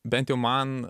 bent jau man